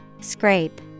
Scrape